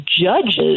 judges